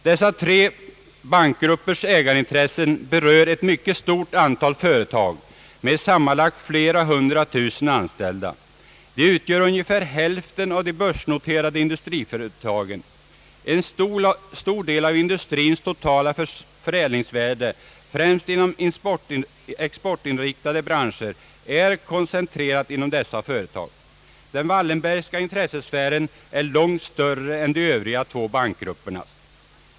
Dessa tre bankgruppers ägarintressen berör ett mycket stort antal företag med sammanlagt flera hundratusen anställda. Dessa företag utgör ungefär hälften av de börsnoterade företagen. En stor del av industrins totala förädlingsvärde, främst inom exportinriktade branscher, är koncentrerad inom dessa företag. Den Wallenbergska intressesfären är långt större än de två övriga bankgruppernas.